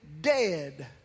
dead